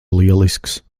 lielisks